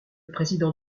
président